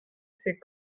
ces